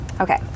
Okay